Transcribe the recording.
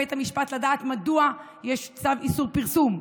לבית המשפט לדעת מדוע יש צו איסור פרסום.